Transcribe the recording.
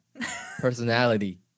personality